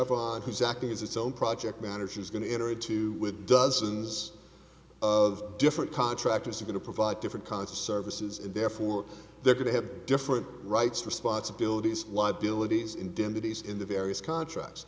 chef on who's acting as its own project manager is going to enter into with dozens of different contractors are going to provide different kinds of services and therefore they're going to have different rights responsibilities liabilities indemnities in the various contracts